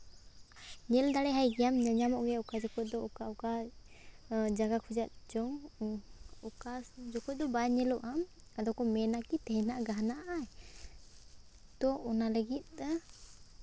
ᱧᱮᱞ ᱫᱟᱲᱮᱭᱟᱭ ᱜᱮᱭᱟᱢ ᱵᱮᱲᱟᱭ ᱧᱮᱧᱟᱢᱚᱜ ᱜᱮᱭᱟᱭ ᱚᱠᱟ ᱡᱚᱠᱷᱮᱡᱽ ᱫᱚ ᱚᱠᱟ ᱚᱠᱟ ᱡᱟᱭᱜᱟ ᱠᱷᱚᱱᱟᱜ ᱪᱚᱝ ᱚᱠᱟ ᱡᱚᱠᱷᱮᱡᱽ ᱫᱚ ᱵᱟᱭ ᱧᱮᱞᱚᱜᱼᱟ ᱟᱫᱚ ᱠᱚ ᱢᱮᱱᱟ ᱠᱤ ᱛᱮᱦᱮᱧ ᱦᱟᱸᱜ ᱜᱟᱦᱱᱟᱜᱼᱟᱭ ᱛᱚ ᱚᱱᱟ ᱞᱟᱹᱜᱤᱫ ᱛᱮ